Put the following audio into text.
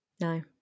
No